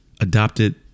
adopted